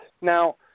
now